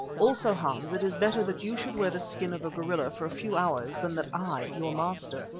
also, hans, it is better that you should wear the skin of a gorilla for a few hours than that i, your master,